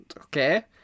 Okay